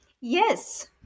Yes